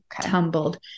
Tumbled